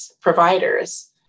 providers